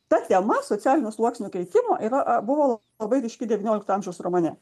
ta tema socialinių sluoksnių keitimų yra buvo labai ryški devyniolikto amžiaus romane